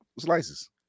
slices